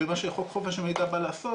מה שחוק חופש המידע בא לעשות,